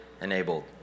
enabled